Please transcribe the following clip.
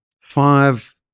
five